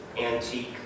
antique